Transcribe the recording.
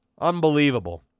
unbelievable